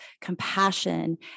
compassion